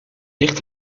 ligt